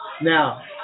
Now